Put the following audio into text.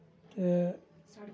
تہٕ